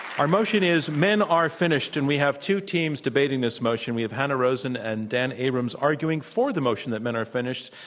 our motion is men are finished, and we have two teams debating this motion. we have hanna rosin and dan abrams arguing for the motion that men are finished.